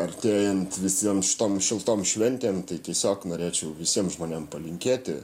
artėjant visiem šitom šiltom šventėm tai tiesiog norėčiau visiem žmonėm palinkėti